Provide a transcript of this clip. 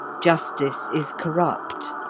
justice is corrupt,